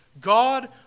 God